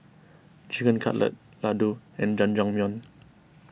Chicken Cutlet Ladoo and Jajangmyeon